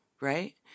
right